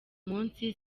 munsi